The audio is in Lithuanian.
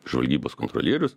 žvalgybos kontrolierius